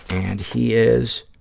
and he is,